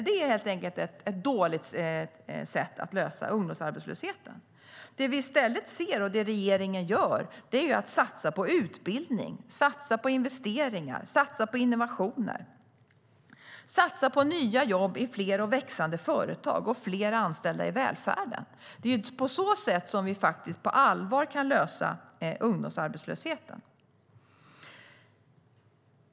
Det är helt enkelt ett dåligt sätt att lösa ungdomsarbetslösheten. Det regeringen i stället gör är att satsa på utbildning, på investeringar, på innovation, på nya jobb i fler och växande företag och på fler anställda i välfärden. Det är på så sätt vi på allvar kan lösa ungdomsarbetslösheten.